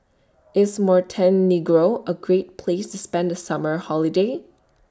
IS Montenegro A Great Place to spend The Summer Holiday